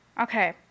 Okay